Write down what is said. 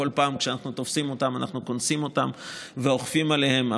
בכל פעם כשאנחנו תופסים אותם אנחנו קונסים אותם ואוכפים עליהם.